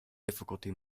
difficulty